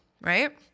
right